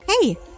Hey